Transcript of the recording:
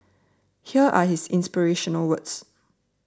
here are his inspirational words